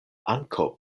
ankaŭ